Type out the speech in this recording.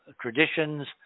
traditions